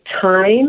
time